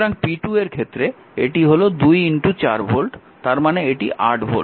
সুতরাং p2 এর ক্ষেত্রে এটি হল 2 4 ভোল্ট তার মানে এটি 8 ভোল্ট